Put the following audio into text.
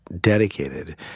dedicated